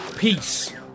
Peace